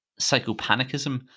psychopanicism